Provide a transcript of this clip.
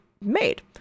made